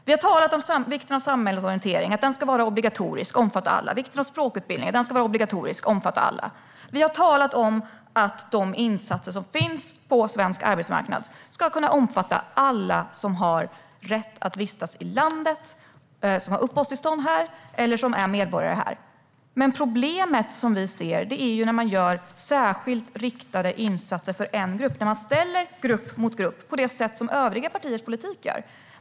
Vi har talat om vikten av samhällsorientering, som ska vara obligatorisk och omfatta alla, och vikten av språkutbildning, som också ska vara obligatorisk och omfatta alla. Vi har talat om att de insatser som finns på svensk arbetsmarknad ska kunna omfatta alla som har rätt att vistas i landet, som har uppehållstillstånd här eller som är medborgare här. Problemet som vi ser är att man gör särskilt riktade insatser för en grupp och ställer grupp mot grupp. Det är det som övriga partiers politik gör.